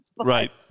Right